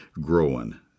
growing